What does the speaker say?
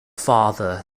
father